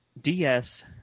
DS